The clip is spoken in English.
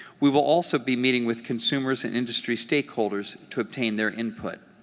we will also be meeting with consumer so and industry stakeholders to obtain their input.